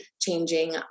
changing